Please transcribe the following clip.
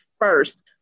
first